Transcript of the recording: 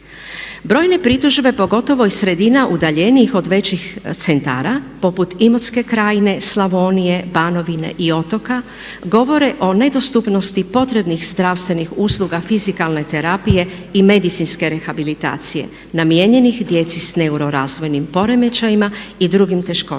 Brojne pritužbe pogotovo iz sredina udaljenijih od većih centara poput Imotske krajine, Slavonije, Banovine i otoka govore o nedostupnosti potrebnih zdravstvenih usluga fizikalne terapije i medicinske rehabilitacije namijenjenih djeci s neuro razvojnim poremećajima i drugim teškoćama,